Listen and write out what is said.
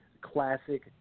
classic